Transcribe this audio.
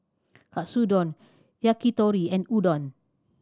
Katsudon Yakitori and Udon